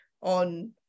on